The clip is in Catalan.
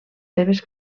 seves